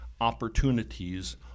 Opportunities